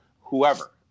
whoever